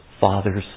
father's